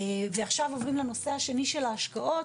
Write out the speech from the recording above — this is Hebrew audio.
ועכשיו עוברים לנושא השני של ההשקעות,